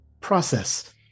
process